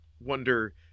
wonder